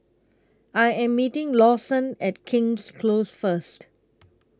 I Am meeting Lawson At King's Close First